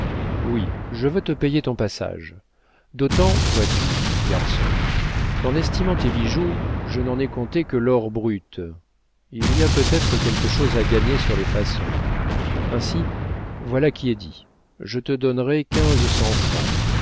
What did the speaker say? oui je veux te payer ton passage d'autant vois-tu mon garçon qu'en estimant tes bijoux je n'en ai compté que l'or brut il y a peut-être quelque chose à gagner sur les façons ainsi voilà qui est dit je te donnerai quinze cents francs